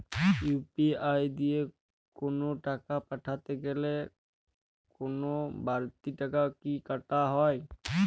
UPI দিয়ে কোন টাকা পাঠাতে গেলে কোন বারতি টাকা কি কাটা হয়?